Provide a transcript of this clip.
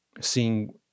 seeing